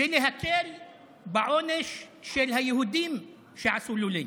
ולהקל את העונש של היהודים שעשו לו לינץ'.